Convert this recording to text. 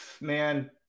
man